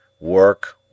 work